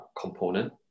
component